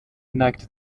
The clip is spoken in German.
neigte